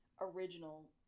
original